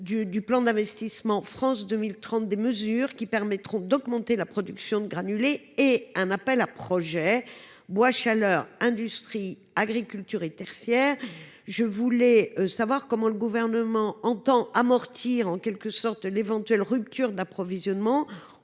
du plan d'investissement France 2030, des mesures qui permettront d'augmenter la production de granulés et a lancé un appel à projets « biomasse, chaleur, industrie, agriculture et tertiaire » (BCIAT). Comment le Gouvernement entend-il amortir l'éventuelle rupture d'approvisionnement